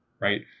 right